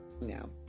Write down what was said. no